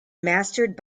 mastered